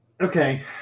Okay